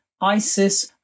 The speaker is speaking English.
ISIS